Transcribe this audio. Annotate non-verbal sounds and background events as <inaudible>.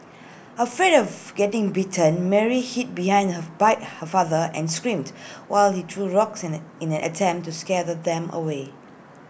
afraid of getting bitten Mary hid behind her <unintelligible> father and screamed while he threw rocks in A in an attempt to scare them away